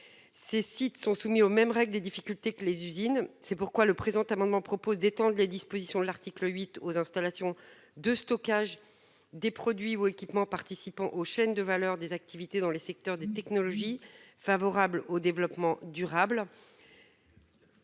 Ces sites sont soumis aux mêmes règles, les difficultés que les usines. C'est pourquoi le présent amendement propose d'étendre les dispositions de l'article 8 aux installations de stockage des produits ou équipements participant aux chaînes de valeur des activités dans les secteurs des technologies favorable au développement durable.